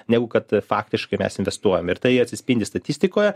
negu kad faktiškai mes investuojam ir tai atsispindi statistikoje